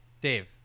Dave